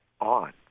on